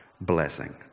blessing